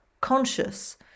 conscious